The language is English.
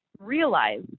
realize